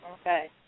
Okay